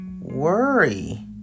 worry